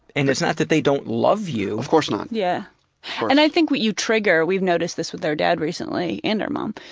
and it's not that they don't love you. of course not. yeah and i think what you trigger we've noticed this with our dad recently, and our mom,